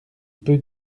peu